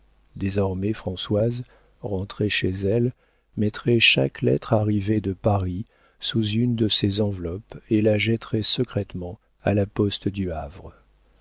désormais françoise rentrée chez elle mettrait chaque lettre arrivée de paris sous une de ces enveloppes et la jetterait secrètement à la poste du havre